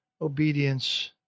obedience